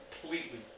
completely